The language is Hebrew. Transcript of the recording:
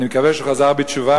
אני מקווה שהוא חזר בתשובה,